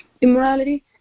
Immorality